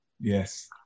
Yes